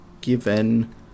Given